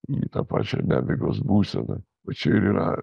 į tą pačią nemigos būseną va čia ir yra